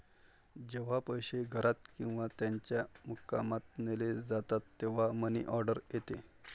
जेव्हा पैसे घरात किंवा त्याच्या मुक्कामात नेले जातात तेव्हा मनी ऑर्डर येते